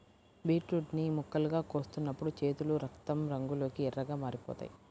beetroot ని ముక్కలుగా కోస్తున్నప్పుడు చేతులు రక్తం రంగులోకి ఎర్రగా మారిపోతాయి